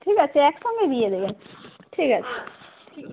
ঠিক আছে একসঙ্গে দিয়ে দেবেন ঠিক আছে